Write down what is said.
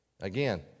Again